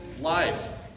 life